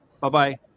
bye-bye